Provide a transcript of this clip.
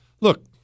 Look